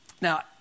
Now